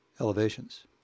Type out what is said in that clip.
elevations